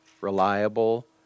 reliable